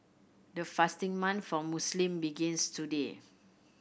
the fasting month for Muslim begins today